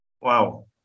Wow